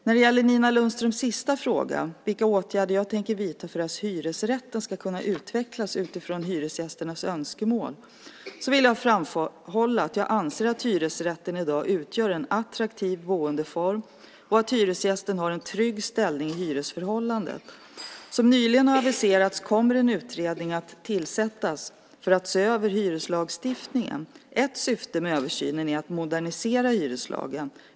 När det gäller Nina Lundströms sista fråga - vilka åtgärder jag tänker vidta för att hyresrätten ska kunna utvecklas utifrån hyresgästernas önskemål - vill jag framhålla att jag anser att hyresrätten i dag utgör en attraktiv boendeform och att hyresgästen har en trygg ställning i hyresförhållandet. Som nyligen har aviserats kommer en utredning att tillsättas för att se över hyreslagstiftningen. Ett syfte med översynen är att modernisera hyreslagen.